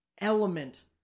element